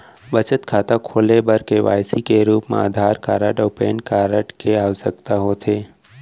बचत खाता खोले बर के.वाइ.सी के रूप मा आधार कार्ड अऊ पैन कार्ड के आवसकता होथे